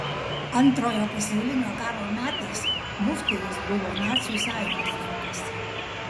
antrojo pasaulinio karo metais muftijus buvo nacių sąjungininkas